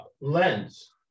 lens